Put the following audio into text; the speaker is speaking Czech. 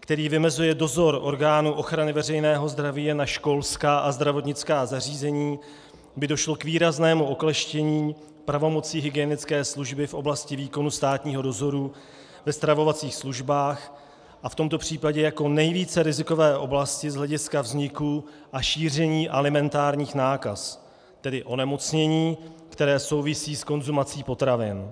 který vymezuje dozor orgánu ochrany veřejného zdraví jen na školská a zdravotnická zařízení, by došlo k výraznému okleštění pravomocí hygienické služby v oblasti výkonu státního dozoru ve stravovacích službách a v tomto případě jako nejvíce rizikové oblasti z hlediska vzniku a šíření alimentárních nákaz, tedy onemocnění, která souvisí s konzumací potravin.